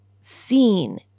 seen